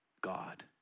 God